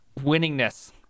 Winningness